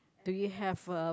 do you have a